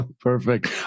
Perfect